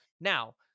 Now